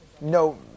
no